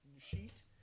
sheet